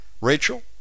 Rachel